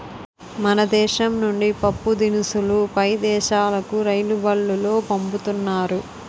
మన దేశం నుండి పప్పుదినుసులు పై దేశాలుకు రైలుబల్లులో పంపుతున్నారు